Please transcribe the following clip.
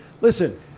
listen